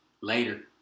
later